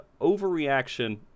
overreaction